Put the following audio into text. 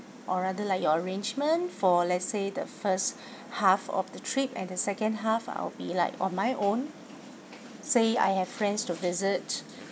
or rather like your arrangement for let's say the first half of the trip and the second half I'll be like on my own say I have friends to visit